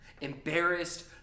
Embarrassed